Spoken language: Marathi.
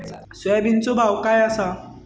सोयाबीनचो भाव काय आसा?